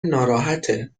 ناراحته